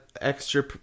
extra